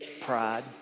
Pride